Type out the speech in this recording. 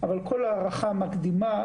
אבל כל ההערכה המקדימה,